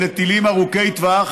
אלה טילים ארוכי טווח.